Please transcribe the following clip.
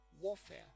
warfare